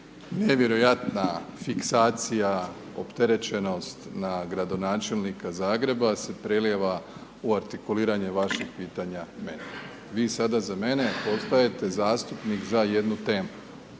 nevjerojatna fiksacija, opterećenost na gradonačelnika Zagreba se prelijeva u artikuliranje vaših pitanja meni. Vi sada za mene postajete zastupnik za jednu temu,